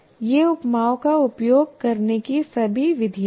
ये उपमाओं का उपयोग करने की सभी विधियाँ हैं